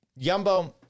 Yumbo